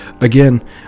again